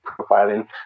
profiling